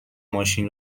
ماشین